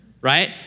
right